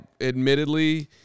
admittedly